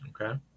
Okay